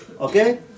Okay